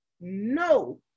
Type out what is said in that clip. no